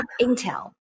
intel